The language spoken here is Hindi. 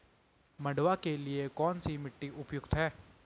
मंडुवा के लिए कौन सी मिट्टी उपयुक्त है?